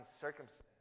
circumstance